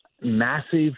massive